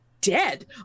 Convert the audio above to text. dead